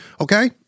Okay